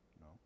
No